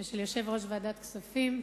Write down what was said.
ושל יושב-ראש ועדת הכספים,